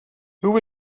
who